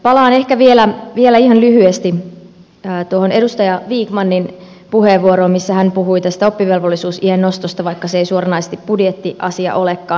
palaan ehkä vielä ihan lyhyesti tuohon edustaja vikmanin puheenvuoroon missä hän puhui oppivelvollisuusiän nostosta vaikka se ei suoranaisesti budjettiasia olekaan